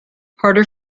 harder